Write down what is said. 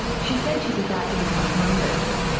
she said she's about to become homeless.